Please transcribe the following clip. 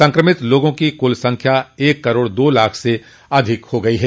संक्रमित लोगों की कुल संख्या एक करोड दो लाख से अधिक हो गई है